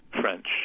french